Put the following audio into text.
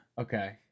okay